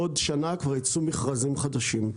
בעוד שנה כבר יצאו מכרזים חדשים.